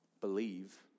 Believe